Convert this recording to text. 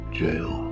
jail